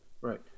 right